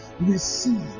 receive